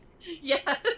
Yes